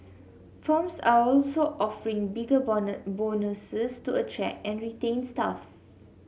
firms are also offering bigger bonuses to attract and retain staff